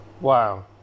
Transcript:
wow